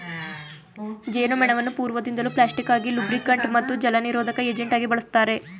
ಜೇನುಮೇಣವನ್ನು ಪೂರ್ವದಿಂದಲೂ ಪ್ಲಾಸ್ಟಿಕ್ ಆಗಿ ಲೂಬ್ರಿಕಂಟ್ ಮತ್ತು ಜಲನಿರೋಧಕ ಏಜೆಂಟಾಗಿ ಬಳುಸ್ತಾರೆ